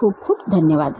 खूप खूप धन्यवाद